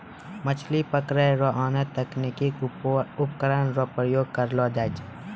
मछली पकड़ै रो आनो तकनीकी उपकरण रो प्रयोग करलो जाय छै